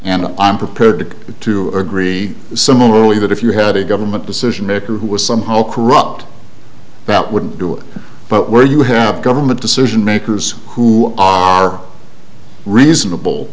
and i'm prepared to agree similarly that if you had a government decision maker who was some whole corrupt that wouldn't do it but where you have government decision makers who are reasonable